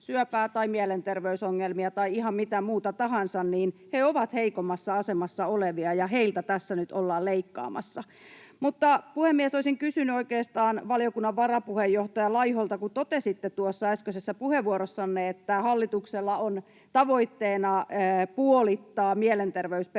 tai mielenterveysongelmia tai ihan mitä muuta tahansa — ovat heikommassa asemassa olevia ja heiltä tässä nyt ollaan leikkaamassa. Mutta, puhemies, olisin kysynyt oikeastaan valiokunnan varapuheenjohtaja Laiholta: Totesitte tuossa äskeisessä puheenvuorossanne, että hallituksella on tavoitteena puolittaa mielenterveysperustaiset